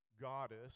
goddess